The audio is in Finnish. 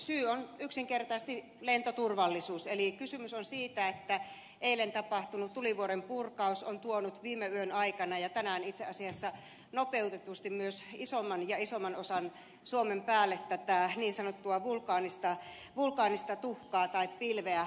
syy on yksinkertaisesti lentoturvallisuus eli kysymys on siitä että eilen tapahtunut tulivuorenpurkaus on tuonut viime yön aikana ja tänään itse asiassa nopeutetusti myös isomman ja isomman osan suomen päälle tätä niin sanottua vulkaanista tuhkaa tai pilveä